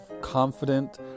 confident